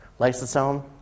lysosome